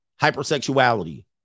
hypersexuality